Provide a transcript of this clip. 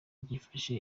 byifashe